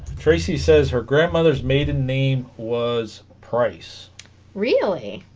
tracy says her grandmother's maiden name was price really